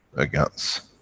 a gans.